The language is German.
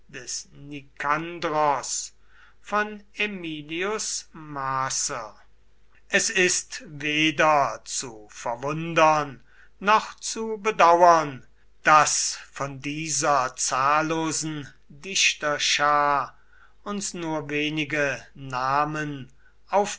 des nikandros von aemilius macer es ist weder zu verwundern noch zu bedauern daß von dieser zahllosen dichterschar uns nur wenige namen